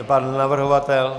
Pan navrhovatel?